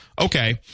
Okay